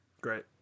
Great